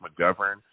McGovern